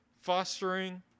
fostering